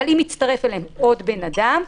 אבל אם מצטרף אליהם עוד בן אדם,